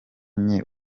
nke